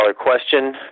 Question